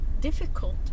difficult